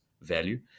value